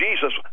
Jesus